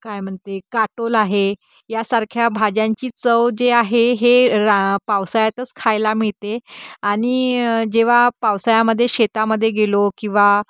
काय म्हणते काटोल आहे यासारख्या भाज्यांची चव जे आहे हे रा पावसाळ्यातच खायला मिळते आणि जेव्हा पावसाळ्यामध्ये शेतामध्ये गेलो किंवा